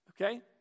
Okay